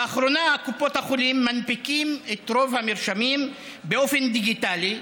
לאחרונה קופות החולים מנפיקות את רוב המרשמים באופן דיגיטלי,